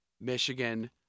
Michigan